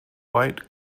white